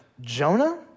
Jonah